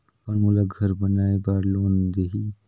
कौन मोला घर बनाय बार लोन देही?